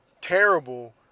terrible